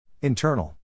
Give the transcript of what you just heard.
Internal